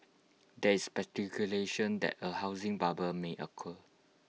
there is speculation that A housing bubble may occur